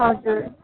हजुर